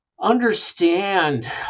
understand